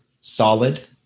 Solid